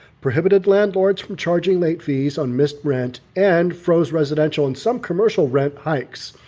prohibited landlords from charging late fees on misprint and froze residential and some commercial rent hikes.